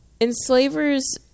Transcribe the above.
enslavers